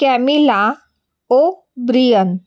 Camilla O'Brien